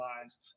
lines